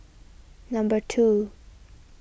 number two